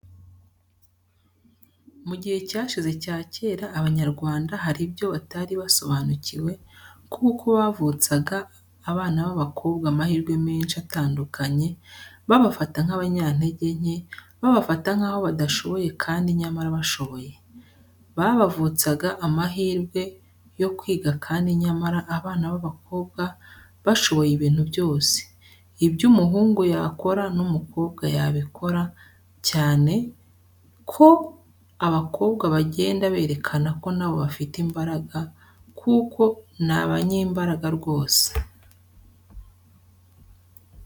Mu gihe cyashize cya kera Abanyarwanda hari ibyo batari basobanukiwe, kuko bavutsaga abana b'abakobwa amahirwe menshi atandukanye babafata nk'abanyanteke nke, babafata nkaho badashoboye kandi nyamara bashoboye. Babavutsaga amahirwe yo kwiga kandi nyamara abana b'abakobwa bashoboye ibintu byose, ibyo umuhungu yakora n'umukobwa yabikora cyane ko abakobwa bagenda berekana ko na bo bafite imbaraga kuko ni abanyembaraga rwose.